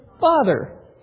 Father